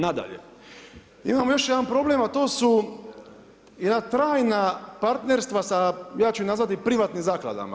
Nadalje, imamo još jedan problem, a to su jedna trajna partnerstva sa ja ću ih nazvati privatnim zakladama.